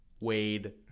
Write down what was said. wade